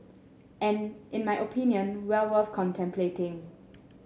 and in my opinion well worth contemplating